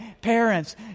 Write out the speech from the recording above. Parents